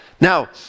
Now